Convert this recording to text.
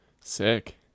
Sick